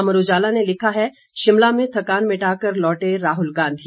अमर उजाला ने लिखा है शिमला में थकान मिटाकर लौटे राहुल गांधी